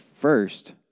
first